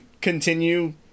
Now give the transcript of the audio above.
continue